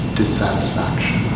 dissatisfaction